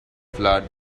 flood